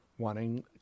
wanting